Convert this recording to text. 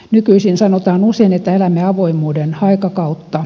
nykyisin sanotaan usein että elämme avoimuuden aikakautta